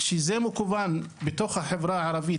כשזה מכוון בתוך החברה הערבית,